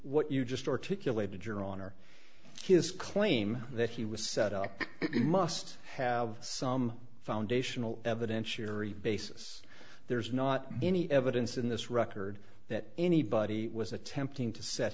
what you just articulated your honor his claim that he was set up must have some foundational evidentiary basis there's not any evidence in this record that anybody was attempting to set